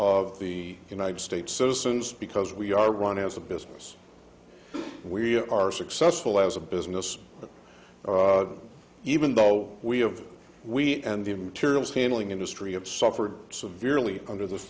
of the united states citizens because we are run as a business we are successful as a business even though we have we and the interior is handling industry have suffered severely under the